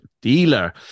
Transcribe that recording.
dealer